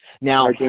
Now